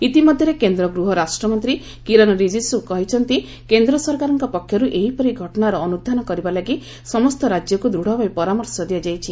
ଇତି ମଧ୍ୟରେ କେନ୍ଦ୍ର ଗୃହ ରାଷ୍ଟ୍ରମନ୍ତ୍ରୀ କିରନ୍ ରିଜିକ୍ତୁ କହିଛନ୍ତି କେନ୍ଦ୍ର ସରକାରଙ୍କ ପକ୍ଷରୁ ଏହିପରି ଘଟଣାର ଅନୁଧ୍ୟାନ କରିବା ଲାଗି ସମସ୍ତ ରାଜ୍ୟକୁ ଦୂଢ଼ଭାବେ ପରାମର୍ଶ ଦିଆଯାଇଛି